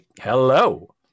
hello